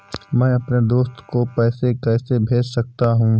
मैं अपने दोस्त को पैसे कैसे भेज सकता हूँ?